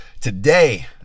Today